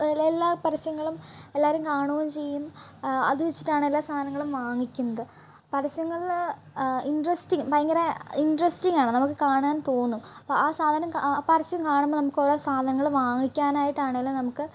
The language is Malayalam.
എല്ലാ പരസ്യങ്ങളും എല്ലാവരും കാണുകയും ചെയ്യും അതുവെച്ചിട്ടാണ് എല്ലാ സാധനങ്ങളും വാങ്ങിക്കുന്നത് പരസ്യങ്ങളിൽ ഇൻട്രസ്റ്റിങ് ഭയങ്കര ഇൻട്രസ്റ്റിങ് ആണ് നമുക്ക് കാണാൻ തോന്നും അപ്പം ആ സാധനം പരസ്യം കാണുമ്പോൾ ഓരോ സാധനങ്ങൾ വാങ്ങിക്കാനായിട്ടാണെങ്കിലും നമുക്ക്